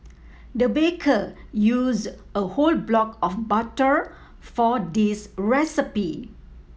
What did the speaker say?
the baker used a whole block of butter for this recipe